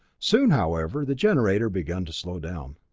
soon, however, the generator began to slow down.